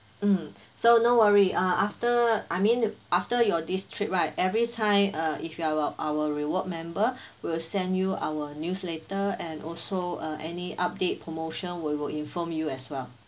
mm so no worry uh after I mean after your this trip right every time uh if you are our our reward member we will send you our newsletter and also uh any update promotion we will inform you as well